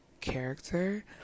character